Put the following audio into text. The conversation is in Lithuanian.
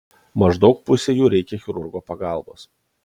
maždaug pusei jų reikia chirurgo pagalbos